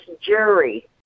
jury